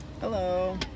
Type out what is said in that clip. Hello